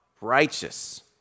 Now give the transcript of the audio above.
righteous